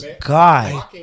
God